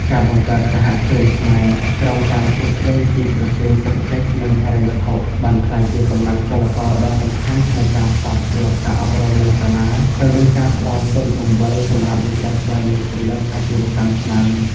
ការបង្កើត សហគ្រិនខ្មែរ ក្រោមការជ្រោមជ្រែងពីក្រសួងសេដ្ឋកិច្ច និងហិរញ្ញវត្ថុ បានក្លាយជាកម្លាំងចលករដ៏សំខាន់ក្នុងការផ្សារភ្ជាប់ការអប់រំនៅសាលា ទៅនឹងការផ្ដល់ទុនបង្វិលសម្រាប់និស្សិតដែលមានគំនិតអាជីវកម្មឆ្នើម។